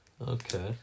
okay